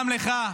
גם לך,